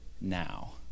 now